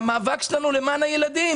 המאבק שלנו הוא למען הילדים,